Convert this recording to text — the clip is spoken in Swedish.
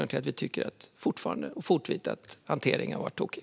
Vi tycker fortfarande att hanteringen har varit tokig.